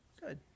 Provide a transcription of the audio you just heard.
Good